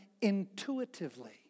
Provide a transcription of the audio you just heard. intuitively